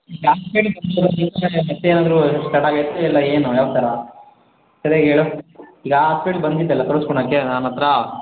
ಮತ್ತೇನಾದರೂ ಸ್ಟಾರ್ಟ್ ಆಗೈತ ಇಲ್ಲ ಏನು ಯಾವ ಥರ ಸರ್ಯಾಗಿ ಹೇಳು ಈಗ ಹಾಸ್ಪಿಟ್ಲಿಗೆ ಬಂದಿದ್ದಲ್ಲ ತೋರ್ಸ್ಕೊಳಕ್ಕೆ ನನ್ನ ಹತ್ರ